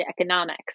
economics